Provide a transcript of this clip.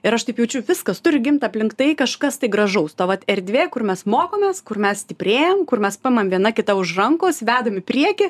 ir aš taip jaučiu viskas turi gimt aplink tai kažkas tai gražaus ta vat erdvė kur mes mokomės kur mes stiprėjam kur mes paimam viena kitą už rankos vedam į priekį